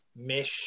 mesh